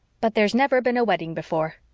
but there's never been a wedding before.